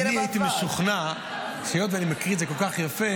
אני הייתי משוכנע שהיות שאני מקריא את זה כל כך יפה,